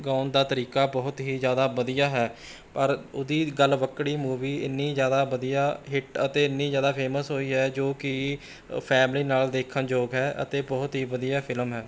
ਗਾਉਣ ਦਾ ਤਰੀਕਾ ਬਹੁਤ ਹੀ ਜ਼ਿਆਦਾ ਵਧੀਆ ਹੈ ਪਰ ਉਹਦੀ ਗਲਵੱਕੜੀ ਮੂਵੀ ਇੰਨੀ ਜਿਆਦਾ ਵਧੀਆ ਹਿੱਟ ਅਤੇ ਇੰਨੀ ਜ਼ਿਆਦਾ ਫੇਮਸ ਹੋਈ ਹੈ ਜੋ ਕਿ ਫੈਮਿਲੀ ਨਾਲ ਦੇਖਣਯੋਗ ਹੈ ਅਤੇ ਬਹੁਤ ਹੀ ਵਧੀਆ ਫਿਲਮ ਹੈ